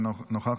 אינה נוכחת,